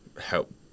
help